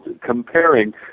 comparing